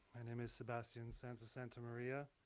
my name is sebastien sanz de santamaria,